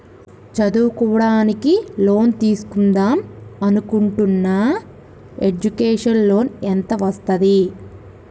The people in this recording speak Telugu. చదువుకోవడానికి లోన్ తీస్కుందాం అనుకుంటున్నా ఎడ్యుకేషన్ లోన్ ఎంత వస్తది?